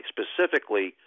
Specifically